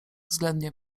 względnie